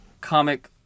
comic